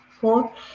four